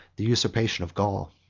the usurpation of gaul.